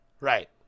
Right